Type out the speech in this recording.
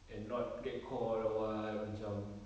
and not get caught or what macam